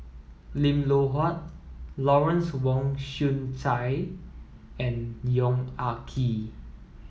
Lim Loh Huat Lawrence Wong Shyun Tsai and Yong Ah Kee